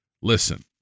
Listen